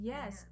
Yes